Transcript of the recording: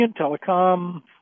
telecom